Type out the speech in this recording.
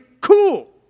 cool